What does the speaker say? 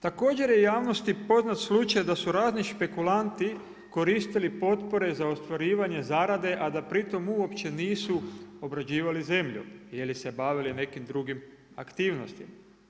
Također je javnosti poznat slučaj da su razni špekulanti koristili potpore za ostvarivanje zarade a da pritom uopće nisu obrađivali zemlju ili se bavili nekim drugim aktivnostima.